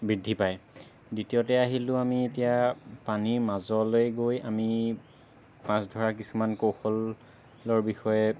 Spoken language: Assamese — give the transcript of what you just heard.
বৃদ্ধি পায় দ্বিতীয়তে আহিলো আমি এতিয়া পানী মাজলৈ গৈ আমি মাছ ধৰা কিছুমান কৌশলৰ বিষয়ে